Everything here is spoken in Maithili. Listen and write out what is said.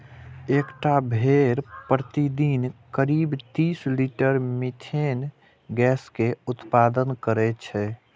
एकटा भेड़ प्रतिदिन करीब तीस लीटर मिथेन गैस के उत्पादन करै छै